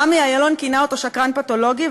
עמי אילון כינה אותו שקרן פתולוגי,